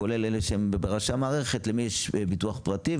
כולל אלה שהם בראשי המערכת למי יש ביטוח פרטי?